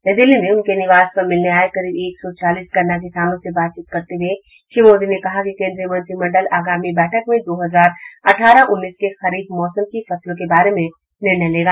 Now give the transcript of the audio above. नई दिल्ली में उनके निवास पर मिलने आये करीब एक सौ चालीस गन्ना किसानों से बातचीत करते हुए श्री मोदी ने कहा कि कोन्द्रीय मंत्रिमंडल आगामी बैठक में दो हजार आठारह उन्नीस के खरीफ मौसम की फसलों के बारे में निर्णय लेगा